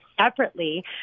separately